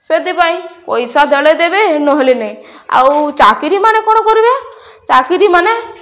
ସେଥିପାଇଁ ପଇସା ଦେଲେ ଦେବେ ନହେଲେ ନାହିଁ ଆଉ ଚାକିରି ମାନେ କ'ଣ କରିବେ ଚାକିରି ମାନେ